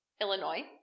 Illinois